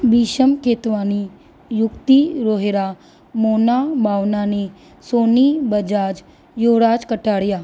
Bhishma Ketwani Yukti Rohira Mona Bhavnani Soni Bajaj Yuvraj Kataria